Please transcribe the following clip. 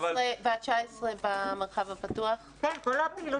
אבל --- תמי,